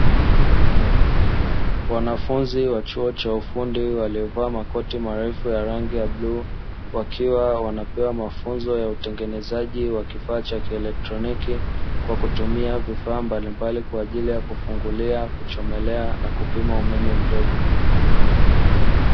Wanafunzi wa chuo cha ufundi waliovaa makoti marefu ya rangi ya bluu, wakiwa wanapewa mafunzo ya utengenezaji wa kifaa cha kielektroniki, kwa kutumia vifaa mbalimbali kwa ajili ya kufungulia, kuchomelea na kupima umeme mdogo.